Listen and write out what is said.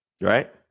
Right